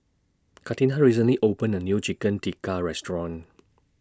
Catina recently opened A New Chicken Tikka Restaurant